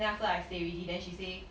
then after I say already then she say